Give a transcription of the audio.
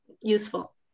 useful